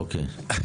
אוקיי.